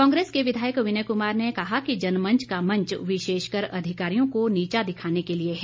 कांग्रेस के विधायक विनय कुमार ने कहा कि जनमंच का मंच विशेषकर अधिकारियों को नीचा दिखाने के लिए है